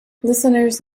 listeners